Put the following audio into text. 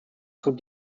zog